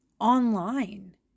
online